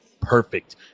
perfect